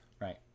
Right